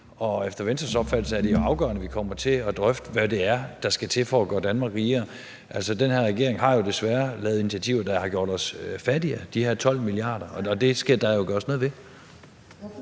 Efter Venstres opfattelse er det afgørende, at vi kommer til at drøfte, hvad det er, der skal til for at gøre Danmark rigere. Den her regering har jo desværre taget initiativer, der har gjort os 12 mia. kr. fattigere, og det skal der jo gøres noget ved.